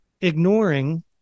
ignoring